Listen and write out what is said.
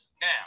Now